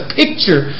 picture